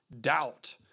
Doubt